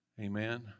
amen